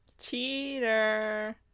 Cheater